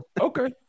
Okay